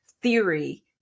theory